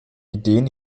ideen